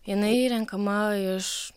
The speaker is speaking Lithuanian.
jinai renkama iš